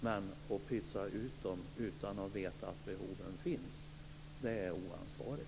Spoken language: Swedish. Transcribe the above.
Men att pytsa ut dem utan att veta om behoven finns är oansvarigt.